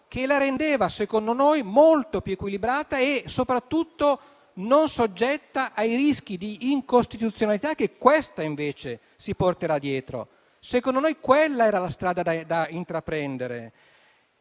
che la rendeva - secondo noi - molto più equilibrata e soprattutto non soggetta ai rischi di incostituzionalità che questa norma invece si porterà dietro. Secondo noi quella era la strada da intraprendere.